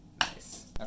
Nice